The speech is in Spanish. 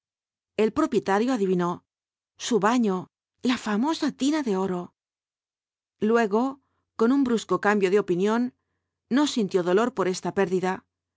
el propietario adivinó su baño la famosa tina de oro luego con un brusco cambio de opinión no sintió dolor por esta pérdida